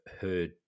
heard